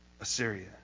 Assyria